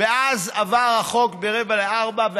ואז עבר החוק, ב-15:45.